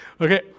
okay